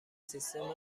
سیستم